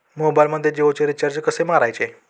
मोबाइलमध्ये जियोचे रिचार्ज कसे मारायचे?